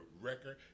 record